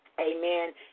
amen